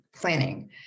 planning